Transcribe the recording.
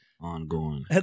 ongoing